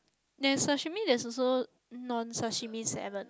then sashimi there's also non sashimi salad